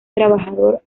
trabajador